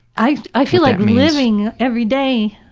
i i feel like living every day.